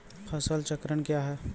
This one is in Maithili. फसल चक्रण कया हैं?